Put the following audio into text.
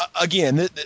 Again